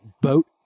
boat